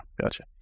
gotcha